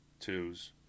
twos